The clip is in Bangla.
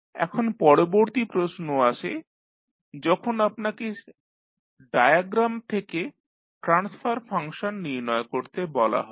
এখন পরবর্তী প্রশ্ন আসে যখন আপনাকে স্টেট ডায়াগ্রাম থেকে ট্রান্সফার ফাংশন নির্ণয় করতে বলা হবে